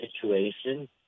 situation